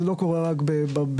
זה לא קורה רק בתנועה,